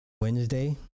Wednesday